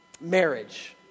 marriage